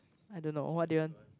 I don't know what do you want